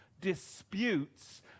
disputes